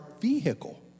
vehicle